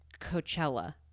Coachella